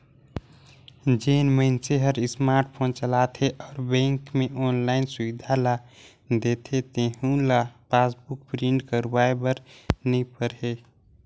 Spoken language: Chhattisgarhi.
जेन मइनसे हर स्मार्ट फोन चलाथे अउ बेंक मे आनलाईन सुबिधा ल देथे तेहू ल पासबुक प्रिंट करवाये बर नई परे